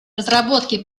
разработки